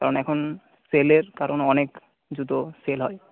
কারণ এখন সেলের কারণ অনেক জুতো সেল হয়